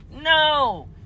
No